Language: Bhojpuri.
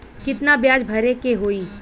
कितना ब्याज भरे के होई?